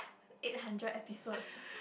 eight hundred episodes